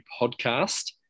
podcast